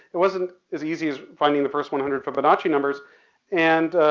it wasn't as easy as finding the first one hundred fibonacci numbers and,